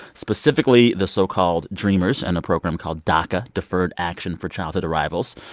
specifically the so-called dreamers and a program called daca, deferred action for childhood arrivals.